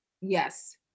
Yes